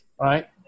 Right